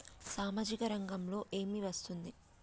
సామాజిక రంగంలో ఏమి వస్తుంది?